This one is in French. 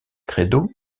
credo